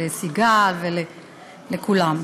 לסיגל ולכולם.